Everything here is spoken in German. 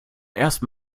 erst